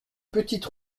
petite